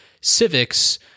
civics